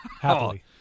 happily